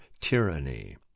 tyranny